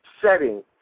setting